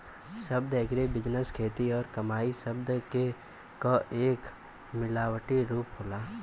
शब्द एग्रीबिजनेस खेती और कमाई शब्द क एक मिलावटी रूप होला